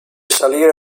salire